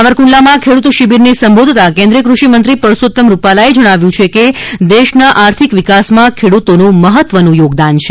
સાવરકુંડલામાં ખેડૂત શિબિરને સંબોધતા કેન્દ્રીય કૃષિ મંત્રી પરસોત્તમ રૂપાલાએ જણાવ્યું છે કે દેશના આર્થિક વિકાસમાં ખેડૂતોનું મહત્વનું યોગદાન છે